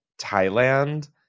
Thailand